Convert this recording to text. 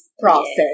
process